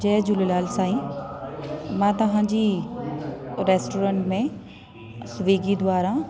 जय झूलेलाल साईं मां तव्हांजी रेस्टोरंट में स्विगी द्वारा